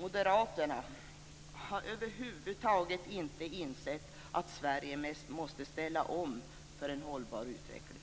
Moderaterna har över huvud taget inte insett att Sverige måste ställa om till en hållbar utveckling.